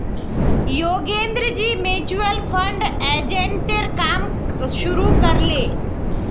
योगेंद्रजी mutual fund एजेंटेर काम शुरू कर ले